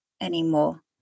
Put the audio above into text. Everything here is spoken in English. anymore